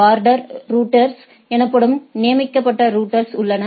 border router எனப்படும் நியமிக்கப்பட்ட router உள்ளது